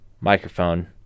microphone